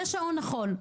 זה שעון החול.